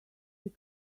this